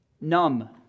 numb